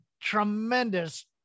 tremendous